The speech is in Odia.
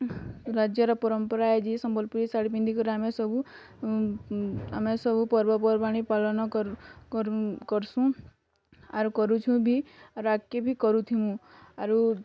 ରାଜ୍ୟର ପରମ୍ପରା ଇଏ ଯେ ସମ୍ବଲପୁରୀ ଶାଢ଼ୀ ପିନ୍ଧିକରି ଆମେ ସବୁ ଆମେ ସବୁ ପର୍ବପର୍ବାଣୀ ପାଳନ କରମୁଁ କରସୁଁ ଆର୍ କରୁଛୁ ବି ଆରୁ ଆଗ୍କେ ବି କରୁଥିମୁଁ